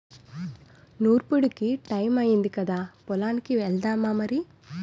నూర్పుడికి టయమయ్యింది కదా పొలానికి ఎల్దామా మరి